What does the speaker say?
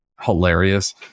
hilarious